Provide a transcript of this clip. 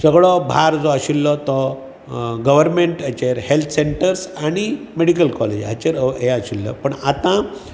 सगळो भार जो आशिल्लो तो गव्हरमेंटाचेर हेल्थ सेंटर्स आनी मेडिकल काॅलेज हाचेर हें आशिल्लें पण आतां